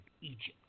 Egypt